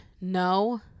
no